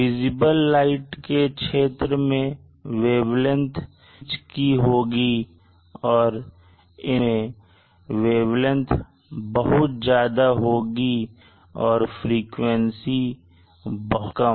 visible क्षेत्र में wavelength बीच की होगी और इंफ्रारेड क्षेत्र में वेवलेंथ बहुत ज्यादा होगी और फ्रीक्वेंसी बहुत कम